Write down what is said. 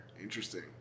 Interesting